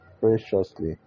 preciously